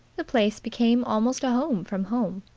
the place became almost a home from home.